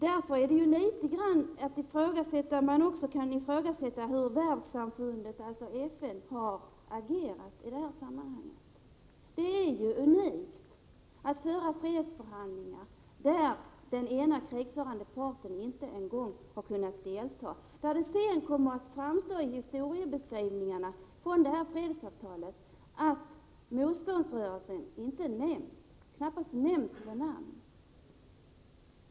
Därför kan man ju ifrågasätta hur världssamfundet, alltså FN, har agerat i detta sammanhang. Det är ju unikt att föra fredsförhandlingar där den ena krigförande parten inte ens en gång har kunnat delta. I fredsavtalet nämns motståndsrörelsen knappast vid namn.